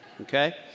okay